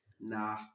Nah